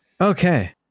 Okay